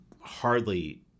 hardly